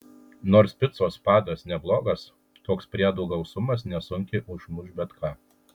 nors picos padas neblogas toks priedų gausumas nesunkiai užmuš bet ką